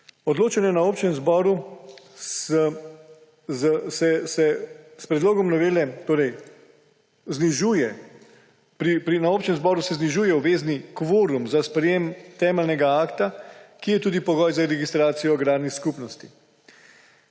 izpuščene. Na občnem zboru se znižuje obvezni kvorum za sprejetje temeljnega akta, ki je tudi pogoj za registracijo agrarnih skupnosti.